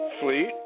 fleet